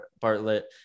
Bartlett